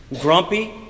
grumpy